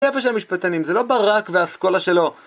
איפה שהם משפטנים? זה לא ברק והאסכולה שלו.